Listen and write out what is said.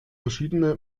verschiedene